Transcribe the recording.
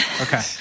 Okay